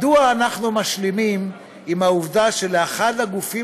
מדוע אנחנו משלימים עם העובדה שלאחד הגופים